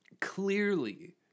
Clearly